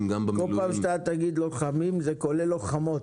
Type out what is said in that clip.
--- כל פעם שאתה תגיד 'לוחמים' זה כולל לוחמות.